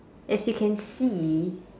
as you can see